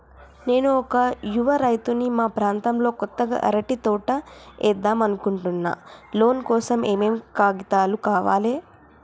నేను ఒక యువ రైతుని మా ప్రాంతంలో కొత్తగా అరటి తోట ఏద్దం అనుకుంటున్నా లోన్ కోసం ఏం ఏం కాగితాలు కావాలే?